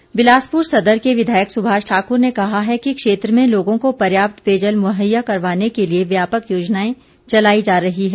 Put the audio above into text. सभाष ठाकर बिलासपुर सदर के विधायक सुभाष ठाकुर ने कहा है कि क्षेत्र में लोगों को पर्याप्त पेयजल मुहैया करवाने के लिए व्यापक योजनाएं चलाई जा रही हैं